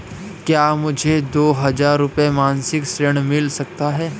क्या मुझे दो हज़ार रुपये मासिक ऋण मिल सकता है?